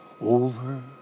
over